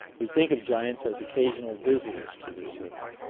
we think of giants as occasional visitors to this earth.